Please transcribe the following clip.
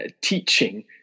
teaching